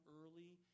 early